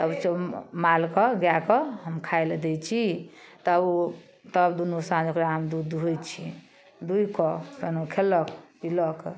तब मालके दएकऽ हम खाइ लए दै छी तऽ ओ तब दुन्नू साँझ ओकरा हम दूध दूहै छी दूहिकऽ फेन ओ खेलक पीलक